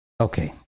Okay